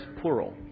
plural